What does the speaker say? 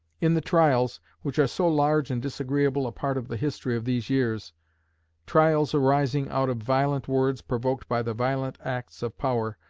in the trials, which are so large and disagreeable a part of the history of these years trials arising out of violent words provoked by the violent acts of power,